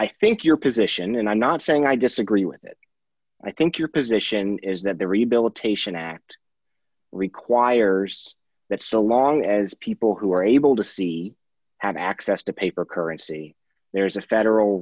i think your position and i'm not saying i disagree with it i think your position is that the rehabilitation act requires that so long as people who are able to see have access to paper currency there's a federal